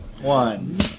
One